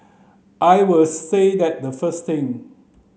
I would say that the first thing